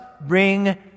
bring